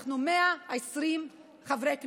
אנחנו 120 חברי כנסת,